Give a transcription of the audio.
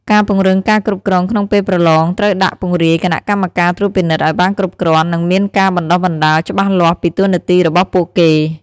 ការ ពង្រឹងការគ្រប់គ្រងក្នុងពេលប្រឡង ត្រូវដាក់ពង្រាយគណៈកម្មការត្រួតពិនិត្យឱ្យបានគ្រប់គ្រាន់ និងមានការបណ្ដុះបណ្ដាលច្បាស់លាស់ពីតួនាទីរបស់ពួកគេ។